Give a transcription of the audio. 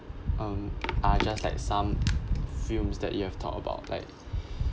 um I just like some films that you have talk about like